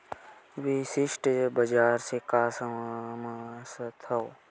विशिष्ट बजार से का समझथव?